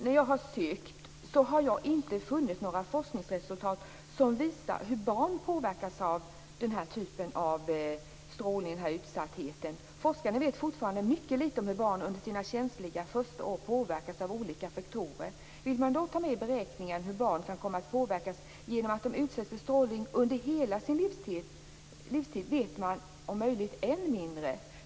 När jag har sökt har jag inte funnit några forskningsresultat som visar hur barn påverkas av den här typen av strålning, av den här utsattheten. Forskare vet fortfarande mycket lite om hur barn under sina känsliga första år påverkas av olika faktorer. Vill man ta med i beräkningen hur barn kan komma att påverkas genom att de utsätts för strålning under hela sin livstid så vet man om möjligt än mindre.